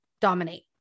dominate